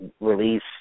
release